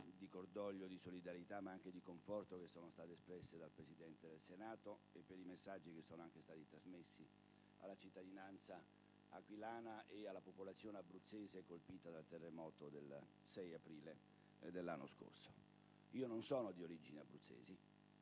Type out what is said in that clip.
di cordoglio e solidarietà, ma anche di conforto, espresse dal Presidente del Senato, nonché per i messaggi trasmessi alla cittadinanza aquilana e alla popolazione abruzzese colpita dal terremoto del 6 aprile dell'anno scorso. Non sono di origini abruzzesi,